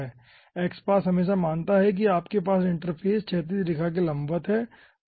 x पास हमेशा मानता है कि आपके पास इंटरफ़ेस क्षैतिज रेखा के लिए लंबवत हैं